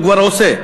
הוא כבר עושה,